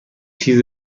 چیز